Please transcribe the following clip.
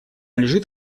лежит